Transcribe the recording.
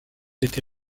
été